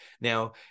Now